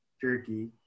jerky